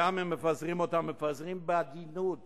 וגם אם מפזרים אותם, מפזרים בעדינות